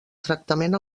tractament